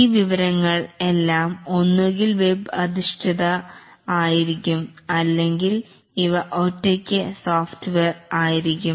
ഈ വിവരങ്ങൾ എല്ലാം ഒന്നുകിൽ വെബ് അധിഷ്ഠിത ആയിരിക്കാം അല്ലെങ്കിൽ ഇവ സ്വയം പ്രവർത്തിക്കുന്ന സോഫ്റ്റ്വെയർ ആയിരിക്കാം